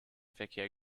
verkehr